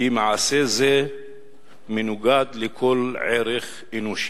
כי מעשה זה מנוגד לכל ערך אנושי.